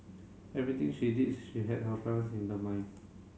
everything she did she had her parents in the mind